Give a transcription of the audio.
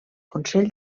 consell